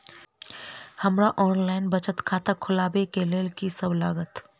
हमरा ऑनलाइन बचत खाता खोलाबै केँ लेल की सब लागत?